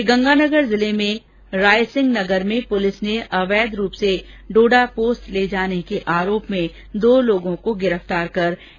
श्रीगंगानगर जिले में रायसिंहनगर में पुलिस ने अवैध रूप से डोडा पोस्त ले जाने के आरोप में दो लोगों को गिरफ़तार किया है